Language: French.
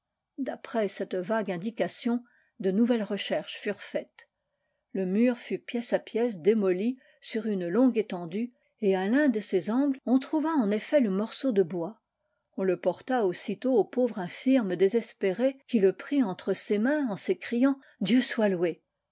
d'après cette vague indication de nouvelles recherches furent faites le mur fut pièce à pièce démoli sur une longue étendue et à l'un de ses angles on trouva en effet le morceau de bois on le porta aussitôt au pauvre infirme désespéré qui le prit entre ses mains en s'écriant dieu soit loué